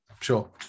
sure